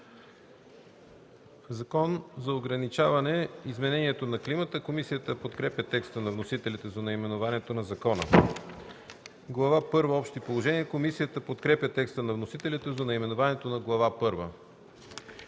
„Закон за ограничаване изменението на климата”. Комисията подкрепя текста на вносителя за наименованието на закона. „Глава първа – Общи положения”. Комисията подкрепя текста на вносителя за наименованието на Глава